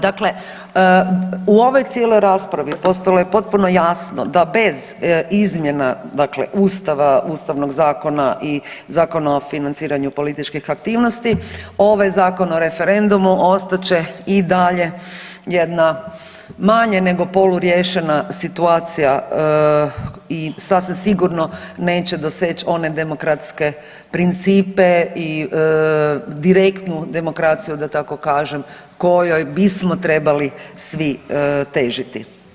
Dakle, u ovoj cijeloj raspravi postalo je potpuno jasno da bez izmjena dakle ustava, Ustavnog zakona i Zakona o financiranju političkih aktivnosti ovaj Zakon o referendumu ostat će i dalje jedna manje nego poluriješena situacija i sasvim sigurno neće doseć one demokratske principe i direktnu demokraciju da tako kažem kojoj bismo trebali svi težiti.